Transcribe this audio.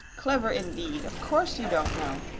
clever indeed! of course you don't know.